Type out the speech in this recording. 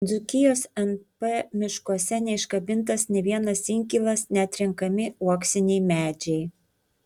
dzūkijos np miškuose neiškabintas nė vienas inkilas neatrenkami uoksiniai medžiai